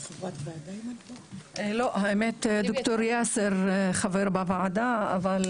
נעמה לזימי (יו"ר הוועדה המיוחדת